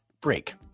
break